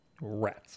Rats